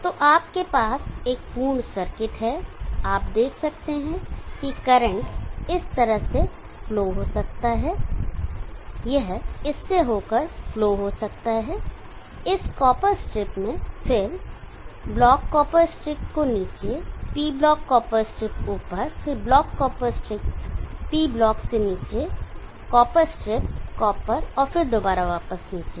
तो आपके पास एक पूर्ण सर्किट है आप देख सकते हैं कि करंट इस तरह से फ्लो हो सकता है यह इससे होकर फ्लो हो सकता है इस कॉपर स्ट्रिप में फिर ब्लॉक कॉपर स्ट्रिप को नीचे P ब्लॉक कॉपर स्ट्रिप ऊपर फिर block copper strip P block से नीचे कॉपर स्ट्रिप कॉपर और फिर दोबारा वापस नीचे